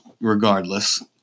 regardless